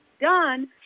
done